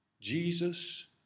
Jesus